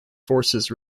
forces